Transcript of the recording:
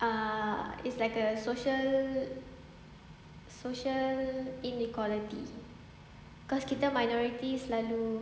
uh it's like a social social inequality cause kita minorities selalu